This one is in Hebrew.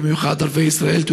ובייחוד לערביי ישראל.